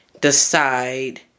decide